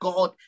God